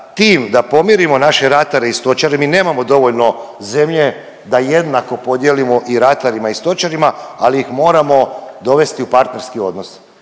tim da pomirimo naše ratare i stočare, mi nemamo dovoljno zemlje da jednako podijelimo i ratarima i stočarima, ali ih moramo dovesti u partnerski odnos.